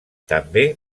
també